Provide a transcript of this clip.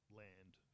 land